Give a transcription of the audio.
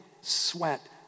sweat